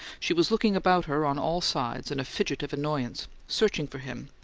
she was looking about her on all sides, in a fidget of annoyance, searching for him,